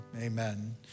amen